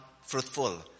fruitful